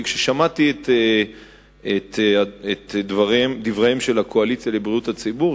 כי כששמעתי את דברי "הקואליציה לבריאות הציבור",